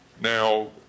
Now